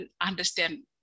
understand